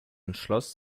entschloss